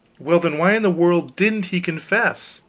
well, then, why in the world didn't he confess?